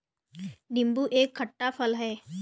नीबू एक खट्टा फल है